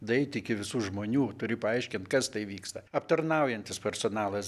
daeit iki visų žmonių turi paaiškint kas tai vyksta aptarnaujantis personalas